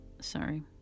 sorry